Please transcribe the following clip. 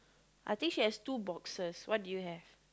I think she has two boxes what do you have